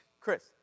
Chris